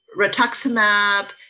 rituximab